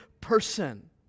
person